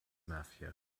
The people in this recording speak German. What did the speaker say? mafia